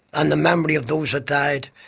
and the memory of those that died.